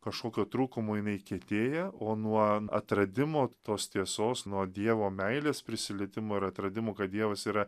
kažkokio trūkumo jinai kietėja o nuo atradimo tos tiesos nuo dievo meilės prisilietimo ir atradimų kad dievas yra